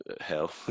hell